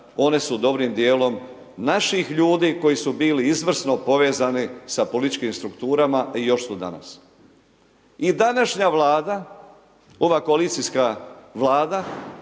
one su dobrim dijelom naših ljudi koji su bili izvrsno povezani sa političkim strukturama i još su danas. I današnja Vlada ova koalicijska Vlada,